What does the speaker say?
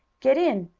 get in!